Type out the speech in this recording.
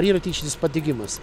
yra tyčinis padegimas